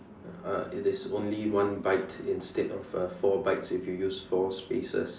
uh it is only one byte instead of uh four bytes if you use four spaces